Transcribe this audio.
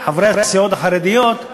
הסיעות החרדיות,